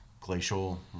Glacial